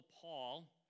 Paul